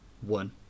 One